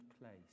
place